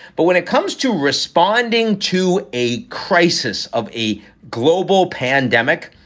but when it comes to responding to a crisis of a global pandemic,